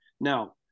Now